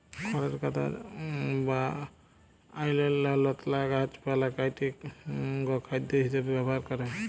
খড়ের গাদা বা অইল্যাল্য লতালা গাহাচপালহা কাইটে গখাইদ্য হিঁসাবে ব্যাভার ক্যরে